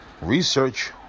Research